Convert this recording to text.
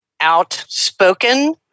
outspoken